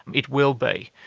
it will be.